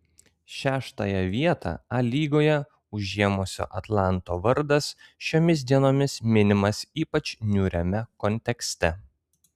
šeštąją vietą a lygoje užėmusio atlanto vardas šiomis dienomis minimas ypač niūriame kontekste